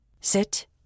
Sit